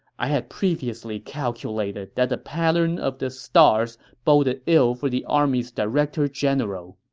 i had previously calculated that the pattern of the stars boded ill for the army's director general,